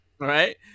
Right